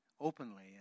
openly